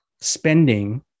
spending